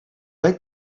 like